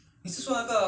排骨不用